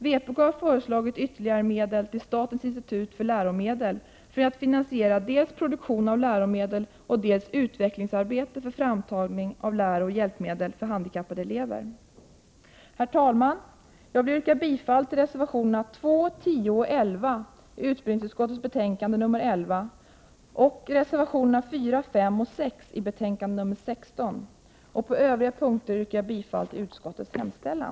Vpk har föreslagit ytterligare medel till statens institut för läromedel för att finansiera dels produktion av läromedel, dels utvecklingsarbete för framtagning av lärooch hjälpmedel för handikappade elever. Herr talman! Jag vill yrka bifall till reservationerna 2, 10 och 11 i utbildningsutskottets betänkande 11 samt reservationerna 4, 5 och 6 i betänkandet 16. På övriga punkter yrkar jag bifall till utskottets hemställan.